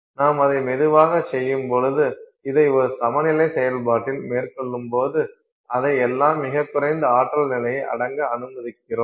நாம் அதை மெதுவாகச் செய்யும் பொழுது இதை ஒரு சமநிலை செயல்பாட்டில் மேற்கொள்ளும் பொழுது அதை எல்லாம் மிகக் குறைந்த ஆற்றல் நிலையில் அடங்க அனுமதிக்கிறோம்